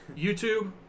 YouTube